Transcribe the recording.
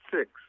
six